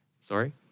Sorry